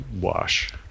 wash